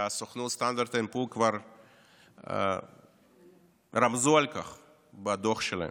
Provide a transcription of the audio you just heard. וסוכנות S&P כבר רמזה על כך בדוח שלה.